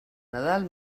nadal